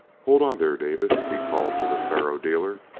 hold on there, davis, he called to the faro-dealer,